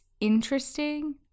interesting